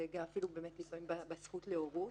ואפילו באמת לפעמים בזכות להורות.